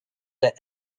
their